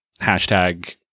hashtag